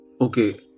Okay